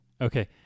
Okay